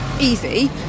easy